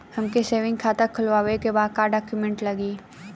हमके सेविंग खाता खोलवावे के बा का डॉक्यूमेंट लागी?